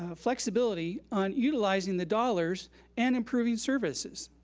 ah flexibility on utilizing the dollars and improving services.